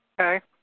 okay